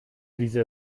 diese